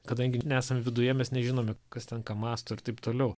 kadangi nesam viduje mes nežinome kas ten ką mąsto ir taip toliau